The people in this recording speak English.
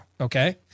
okay